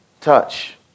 touch